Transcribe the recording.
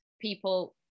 people